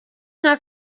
nka